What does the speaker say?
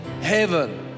heaven